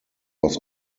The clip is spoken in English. was